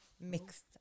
Mixed